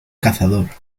cazador